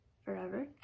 Forever